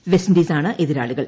west ഇൻഡീസാണ് എതിരാളികൾ